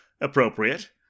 appropriate